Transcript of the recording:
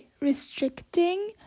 restricting